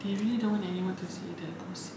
he really don't want anyone to see the gossip